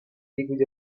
liquido